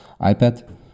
iPad